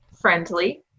friendly